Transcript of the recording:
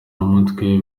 n’umutwe